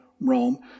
Rome